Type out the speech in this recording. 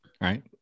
right